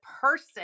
person